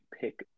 pick